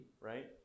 right